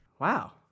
Wow